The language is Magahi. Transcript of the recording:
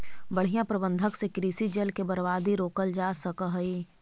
बढ़ियां प्रबंधन से कृषि जल के बर्बादी रोकल जा सकऽ हई